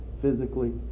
physically